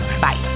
Bye